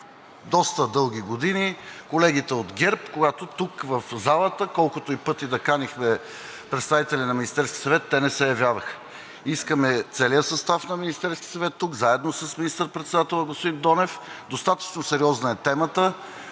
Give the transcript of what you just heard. доста дълги години колегите от ГЕРБ, когато тук, в залата, колкото и пъти да канихме представители на Министерския съвет, те не се явяваха. Искаме целия състав на Министерския съвет тук, заедно с министър-председателя господин Донев. Достатъчно сериозна е темата.